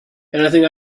anything